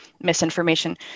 misinformation